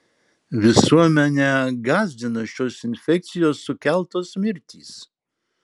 visuomenę gąsdina šios infekcijos sukeltos mirtys